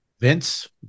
Vince